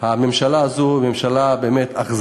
שהממשלה הזאת היא באמת ממשלה אכזרית,